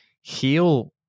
heal